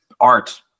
art